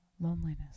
loneliness